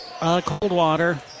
Coldwater